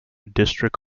district